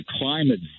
climate